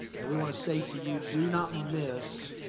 and we want to say to you. do not miss